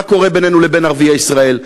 מה קורה בינינו לבין ערביי ישראל,